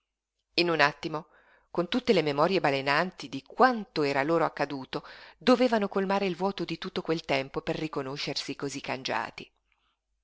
in un attimo con tutte le memorie balenanti di quanto era loro accaduto dovevano colmare il vuoto di tutto quel tempo per riconoscersi cosí cangiati